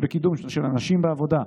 התש"ט 1949,